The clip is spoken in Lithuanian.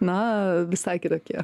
na visai kitokie